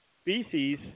species